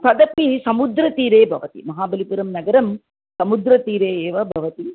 तदपि समुद्रतीरे भवति महाबलिपुरं नगरं समुद्रतीरे एव भवति